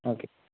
okay